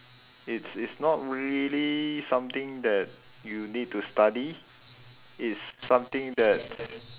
it's it's not really something that you need to study it's something that